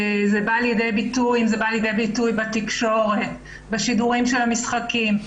זה בא לידי ביטוי בתקשורת, בשידורי המשחקים,